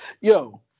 Yo